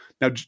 Now